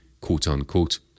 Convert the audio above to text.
quote-unquote